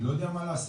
אני לא יודע מה לעשות,